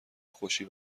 خوشی